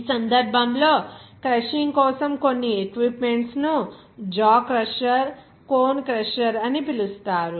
ఈ సందర్భంలో క్రషింగ్ కోసం కొన్ని ఎక్విప్మెంట్స్ ను జా క్రషర్ కోన్ క్రషర్ అని పిలుస్తారు